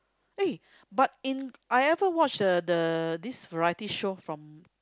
eh but in I ever watch the the this variety show from